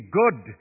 good